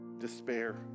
despair